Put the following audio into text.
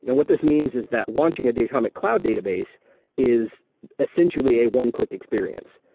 and what this means is that launching a datomic cloud database is essentially a one-click experience.